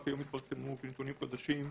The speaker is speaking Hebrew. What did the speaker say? רק היום התפרסמו נתונים חדשים.